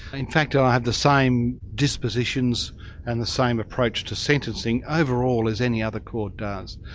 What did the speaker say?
in fact i have the same dispositions and the same approach to sentencing overall as any other court does.